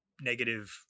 negative